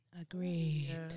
Agreed